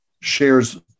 shares